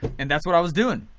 and that's what i was doing.